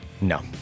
No